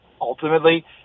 Ultimately